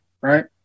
Right